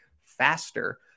faster